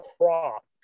crop